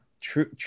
true